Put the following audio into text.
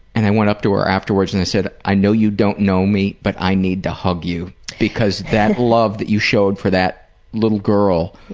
and i went up to her afterwards and i said, i know you don't know me, but i need to hug you because that love that you showed for that little girl